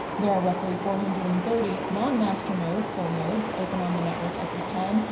there are roughly four hundred and thirty non-masternode full nodes open on the network at this time,